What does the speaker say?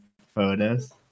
photos